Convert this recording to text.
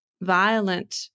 violent